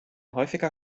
häufiger